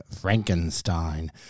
Frankenstein